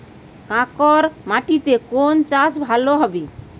কাঁকর মাটিতে কোন চাষ ভালো হবে?